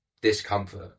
discomfort